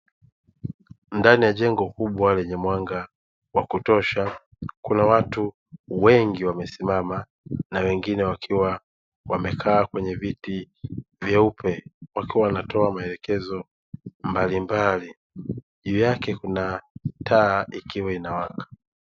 Ndani ya jengo kubwa lenye mwanga wa kutosha, kuna watu wengi wamesimama na wengine wakiwa wamekaa kwenye viti vyeupe wakiwa wanatoa maelekezo mbalimbali, juu yake kukiwa na taa ikiwa inawaka.